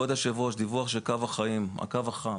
דיווח של "קו החיים", הקו החם